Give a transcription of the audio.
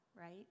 right